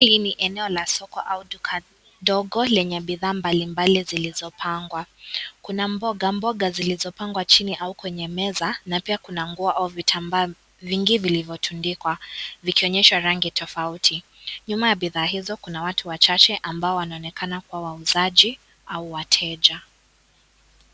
Hili ni eneo la soko au duka ndogo lenye bidhaa mbalimbali zilizopangwa, kuna mbogamboga zilizopangwa chini au kwenye meza na pia kuna nguo au vitambaa vingi vilivyotundikwa, vikionyesha rangi tofauti. Nyuma ya bidhaa hizo kuna watu wachache ambao wanaonekana kuwa wauzaji au wateja.